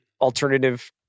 alternative